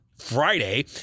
friday